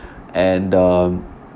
and um